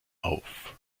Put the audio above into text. auf